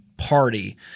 party